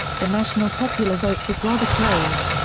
the national popular vote was rather close,